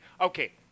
Okay